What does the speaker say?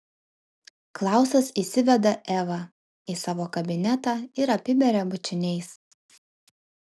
klausas įsiveda evą į savo kabinetą ir apiberia bučiniais